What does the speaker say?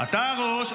--- אבל אתה הראש.